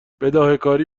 بداههکاری